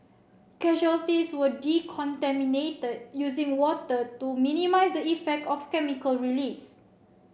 casualties were decontaminated using water to minimise the effect of chemical release